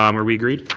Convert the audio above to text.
um are we agreed?